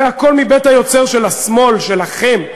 זה הכול מבית היוצר של השמאל, שלכם.